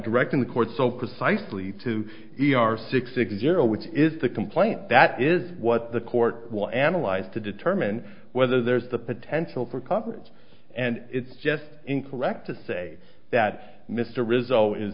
directing the court so precisely to e r six six zero which is the complaint that is what the court will analyze to determine whether there's the potential for coverage and it's just incorrect to say that mr result i